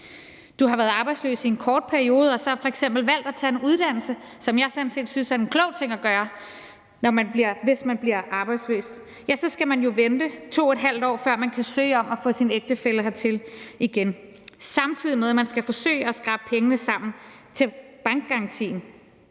du har været arbejdsløs i en kort periode og så f.eks. har valgt at tage en uddannelse – hvilket jeg sådan set synes er en klog ting at gøre, hvis man bliver arbejdsløs – så skal man jo vente i 2½ år, før man igen kan søge om at få sin ægtefælle hertil, samtidig med at man skal forsøge at skrabe penge sammen til bankgarantien.